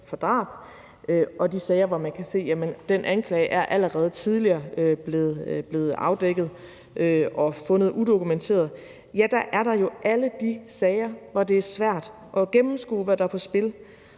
for drab, og de sager, hvor man kan se, at den anklage allerede tidligere er blevet afdækket og fundet udokumenteret, er der jo alle de sager, hvor det er svært at gennemskue, hvad der er på spil,